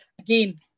again